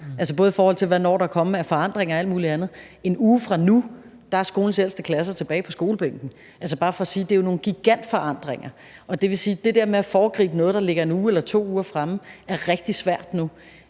også i forhold til hvad der når at komme af forandringer og alt mulig andet; en uge fra nu er skolernes ældste klasser tilbage på skolebænken. Det er bare for at sige, at det jo er nogle gigantforandringer, og det vil sige, at det der med at foregribe noget, der ligger en uge eller to uger fremme, er rigtig svært nu,